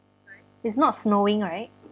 it's not snowing right